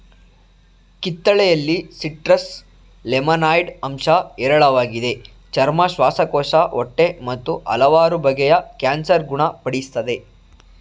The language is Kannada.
ಕಿತ್ತಳೆಯಲ್ಲಿ ಸಿಟ್ರಸ್ ಲೆಮನಾಯ್ಡ್ ಅಂಶ ಹೇರಳವಾಗಿದೆ ಚರ್ಮ ಶ್ವಾಸಕೋಶ ಹೊಟ್ಟೆ ಮತ್ತು ಹಲವಾರು ಬಗೆಯ ಕ್ಯಾನ್ಸರ್ ಗುಣ ಪಡಿಸ್ತದೆ